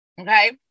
Okay